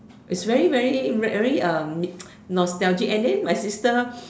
it's very very very um nostalgic and then my sister